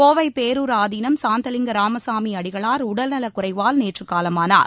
கோவை பேரூர் ஆதினம் சாந்தலிங்க ராமசாமி அடிகளார் உடல் நலக் குறைவால் நேற்று காலமானார்